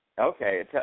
Okay